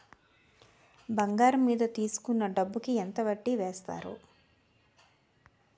బంగారం మీద తీసుకున్న డబ్బు కి ఎంత వడ్డీ వేస్తారు?